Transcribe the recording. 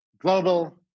global